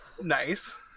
nice